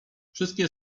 wszystkie